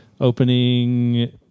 opening